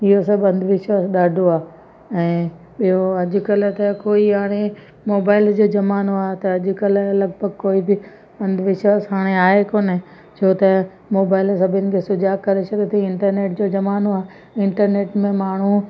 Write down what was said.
इहो सभु अंधविश्वास ॾाढो आहे ऐं ॿियो अॼु कल्ह त कोई हाणे मोबाइल जो ज़मानो आहे त अॼु कल्ह लॻभॻि कोई बि अंधविश्वास हाणे आहे कोन छो त मोबाइल सभिनि खे सुजाॻु करे छॾियो अथईं इंटरनेट जो ज़मानो आहे इंटरनेट में माण्हू